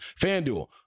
fanduel